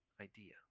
idea